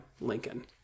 Lincoln